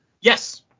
Yes